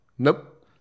Nope